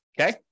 okay